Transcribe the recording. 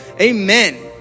amen